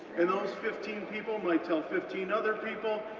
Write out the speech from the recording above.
and those fifteen people might tell fifteen other people,